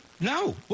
No